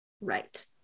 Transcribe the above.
Right